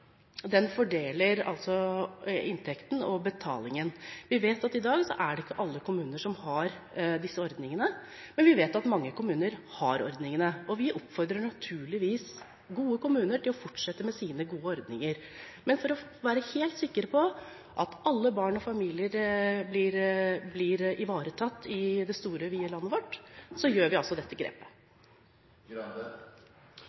Den fordeler inntekt og betaling. Vi vet at det i dag ikke er alle kommuner som har disse ordningene, men vi vet at mange kommuner har ordningene. Vi oppfordrer naturligvis gode kommuner til å fortsette med sine gode ordninger. Men for å være helt sikre på at alle barn og familier blir ivaretatt i det store og vide landet vårt, gjør vi altså dette grepet.